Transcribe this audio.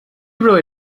really